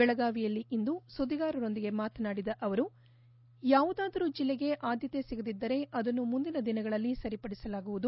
ಬೆಳಗಾವಿಯಲ್ಲಿ ಇಂದು ಸುದ್ದಿಗಾರರೊಂದಿಗೆ ಮಾತನಾಡಿದ ಅವರು ಯಾವುದಾದರೂ ಜಲ್ಲೆಗೆ ಆದ್ಯತೆ ಸಿಗದಿದ್ದರೆ ಅದನ್ನು ಮುಂದಿನ ದಿನಗಳಲ್ಲಿ ಸರಿಪಡಿಸಲಾಗುವುದು